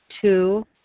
two